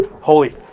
Holy